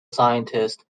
scientist